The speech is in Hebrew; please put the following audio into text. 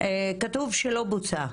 כתוב שלא בוצע.